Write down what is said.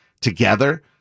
together